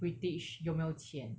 british 有没有钱